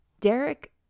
Derek